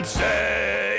say